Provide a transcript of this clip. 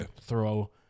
throw